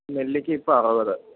നെല്ലിക്ക ഇപ്പോള് അറുപത്